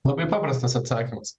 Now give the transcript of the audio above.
labai paprastas atsakymas